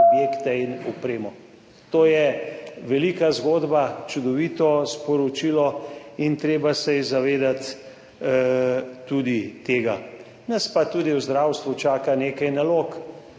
To je velika zgodba, čudovito sporočilo in treba se je zavedati tudi tega. Nas pa tudi v zdravstvu čaka nekaj nalog.